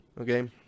okay